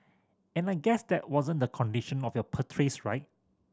and I guess that wasn't the condition of your right